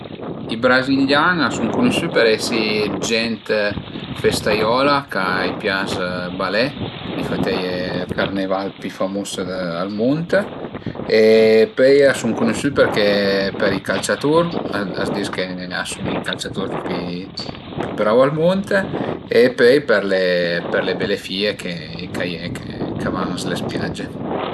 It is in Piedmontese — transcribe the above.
I brazialian a sun cunusü për esi d'gent festaiola, a i pias balé, difatti a ie ël carneval pi famus dë al mund e pöi a sun cunusü perché për i calciatur, a s'di ch'a sun i calciatur pi brau al mund e pöi për le për le bele fie ch'a ie ch'a van sü le spiage